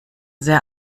sehr